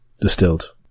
Distilled